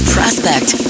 Prospect